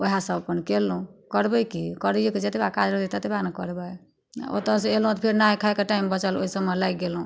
ओहए सब अपन कयलहुँ करबै की करैयेके जतबे काज रहतै ततबए ने करबै ओतयसँ अयलहुँ तऽ फेर नहाय खाय कऽ टाइम बचल ओइ सबमे लागि गेलहुँ